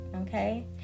okay